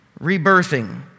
rebirthing